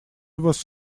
was